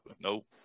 nope